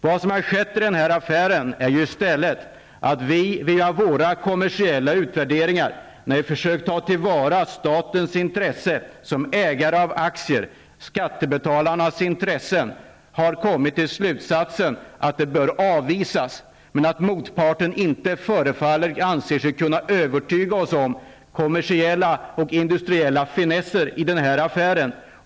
Vad som har skett i den här affären är i stället att vi vid våra kommersiella utvärderingar, när vi försökt ta till vara statens intressen som ägare av aktier, skattebetalarnas intressen, har kommit till slutsatsen att det här bör avisas och att motparten inte förefaller anse sig kunna övertyga oss om kommersiella och industriella finesser i den här affären.